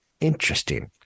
Interesting